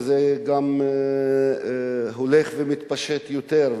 וזה גם הולך ומתפשט יותר,